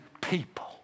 people